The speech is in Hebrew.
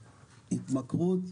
התמכרות,